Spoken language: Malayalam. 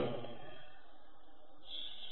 Student